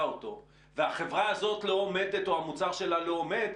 את זה והחברה הזאת לא עומדת או המוצר שלה לא עומד,